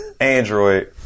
Android